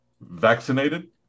Vaccinated